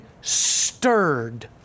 stirred